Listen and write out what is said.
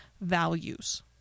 values